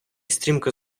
стрімко